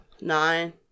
Nine